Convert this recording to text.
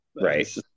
right